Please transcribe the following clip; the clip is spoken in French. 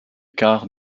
quart